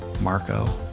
Marco